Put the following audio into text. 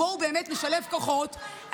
בואו באמת נשלב כוחות,